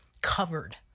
covered